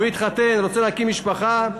התחתן ורוצה להקים משפחה,